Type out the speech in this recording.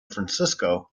francisco